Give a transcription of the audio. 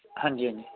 ਹਾਂਜੀ ਹਾਂਜੀ